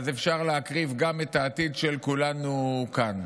אפשר להקריב גם את העתיד של כולנו כאן.